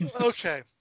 Okay